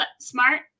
smart